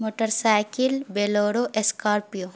motor cycle Bolero Scorpio